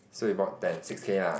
so you bought ten six K lah